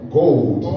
gold